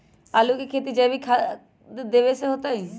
आलु के खेती जैविक खाध देवे से होतई?